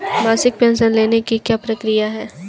मासिक पेंशन लेने की क्या प्रक्रिया है?